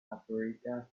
paprika